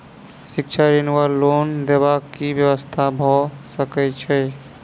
शिक्षा ऋण वा लोन देबाक की व्यवस्था भऽ सकै छै?